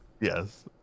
yes